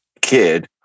kid